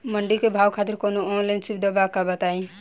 मंडी के भाव खातिर कवनो ऑनलाइन सुविधा बा का बताई?